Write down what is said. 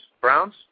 Browns